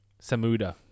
Samuda